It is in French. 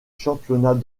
championnat